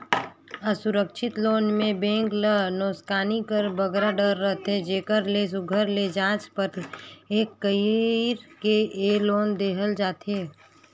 असुरक्छित लोन में बेंक ल नोसकानी कर बगरा डर रहथे जेकर ले सुग्घर ले जाँच परेख कइर के ए लोन देहल जाथे